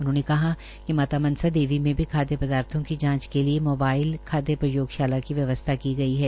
उन्होंने कहा कहा कि माता मनसा देवी में भी खादय पदार्थों की जांच के लिये मोबाईल खादय प्रयोगशाला की व्यवस्था की गई है